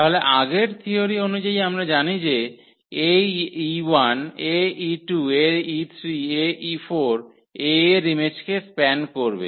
তাহলে আগের থিওরী অনুযায়ী আমরা জানি যে Ae1 Ae2 Ae3 Ae4 A এর ইমেজকে স্প্যান করবে